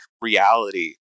reality